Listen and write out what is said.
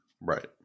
Right